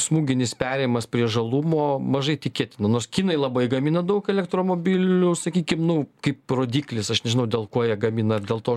smūginis perėjimas prie žalumo mažai tikėtina nors kinai labai gamina daug elektromobilių sakykim nu kaip rodyklis aš nežinau dėl ko jie gamina ar dėl to